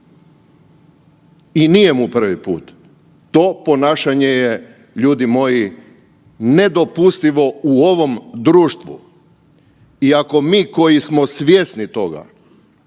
i nije mu prvi put. To ponašanje je ljudi moji je nedopustivo u ovom društvu. I ako mi koji smo svjesni toga